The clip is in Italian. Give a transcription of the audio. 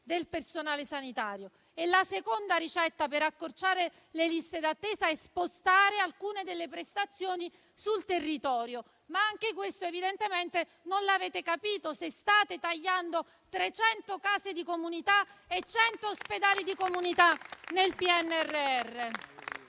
del personale sanitario. La seconda ricetta per accorciare le liste d'attesa è spostare alcune delle prestazioni sul territorio. Ma anche questo evidentemente non l'avete capito se state tagliando 300 case di comunità e 100 ospedali di comunità nel PNRR.